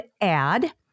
add